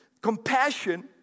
Compassion